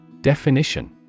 Definition